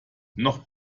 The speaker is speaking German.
noch